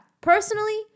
Personally